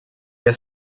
have